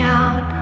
out